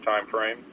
timeframe